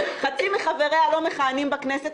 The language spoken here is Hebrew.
חצי מחבריה לא מכהנים בכנסת,